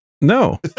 no